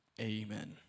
Amen